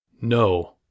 No